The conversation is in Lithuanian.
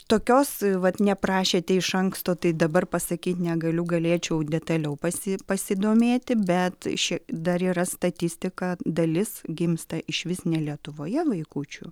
tokios vat neprašėte iš anksto tai dabar pasakyt negaliu galėčiau detaliau pasi pasidomėti bet šiaip dar yra statistika dalis gimsta išvis ne lietuvoje vaikučių